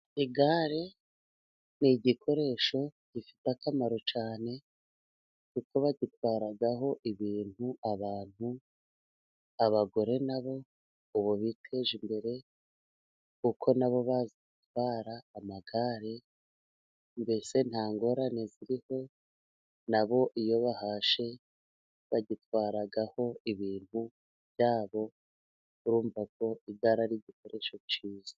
Igare ni igikoresho gifite akamaro cyane, kuko bagitwaraho ibintu, abantu. Abagore na bo ubu biteje imbere, kuko na bo batwara amagare. Mbese nta ngorane ziriho, na bo iyo bahashye bagitwaraho ibintu byabo, urumva ko igare ari igikoresho cyiza.